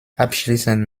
abschließend